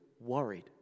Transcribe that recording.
worried